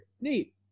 Neat